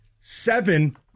seven